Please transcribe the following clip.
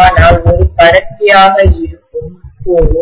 ஆனால் ஒரு கடத்தி ஆக இருக்கும் கோர்